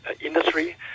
industry